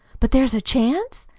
but there's a chance?